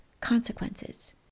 consequences